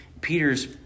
Peter's